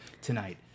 tonight